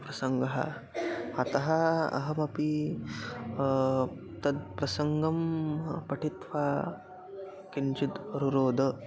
प्रसङ्गः अतः अहमपि तद् प्रसङ्गं पठित्वा किञ्चित् रुरोद